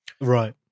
right